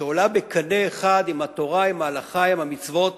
שעולה בקנה אחד עם התורה, עם ההלכה, עם המצוות